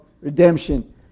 redemption